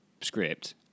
script